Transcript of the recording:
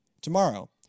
Tomorrow